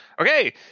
Okay